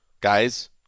Guys